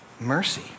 mercy